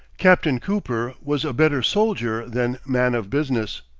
captain cooper was a better soldier than man of business.